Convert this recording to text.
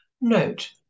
Note